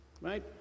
right